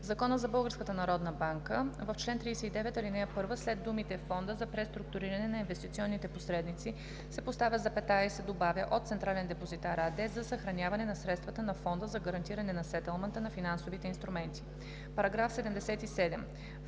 ДВ, бр. …) в чл. 39, ал. 1 след думите „Фонда за преструктуриране на инвестиционните посредници“ се поставя запетая и се добавя „от „Централен депозитар“ АД за съхраняване на средствата на Фонда за гарантиране на сетълмента на финансовите инструменти“. § 77.